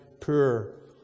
poor